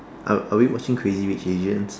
are are we watching crazy rich Asians